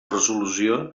resolució